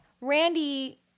randy